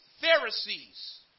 Pharisees